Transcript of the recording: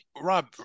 Rob